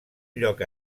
lloc